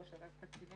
ראש אגף תקציבים.